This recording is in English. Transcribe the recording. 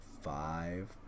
five